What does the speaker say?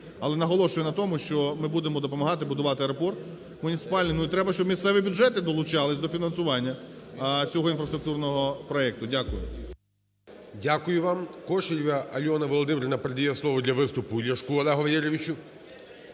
Але наголошую на тому, що ми будемо допомагати будувати аеропорт муніципальний. Ну, і треба, щоб місцеві бюджети долучались до фінансування цього інфраструктурного проекту. Дякую.